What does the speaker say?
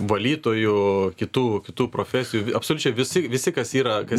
valytojų kitų kitų profesijų absoliučiai visi visi kas yra kas